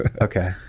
Okay